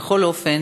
בכל אופן